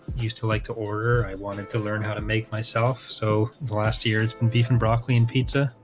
used to like to order i wanted to learn how to make myself so last year's been beef and broccoli and pizza